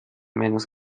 menos